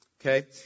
Okay